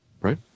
Right